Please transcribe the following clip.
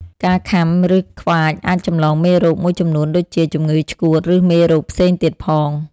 ការខាំ ឬខ្វាចអាចចម្លងមេរោគមួយចំនួនដូចជា ជំងឺឆ្កួត ឬមេរោគផ្សេងទៀតផង។